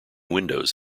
windows